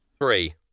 three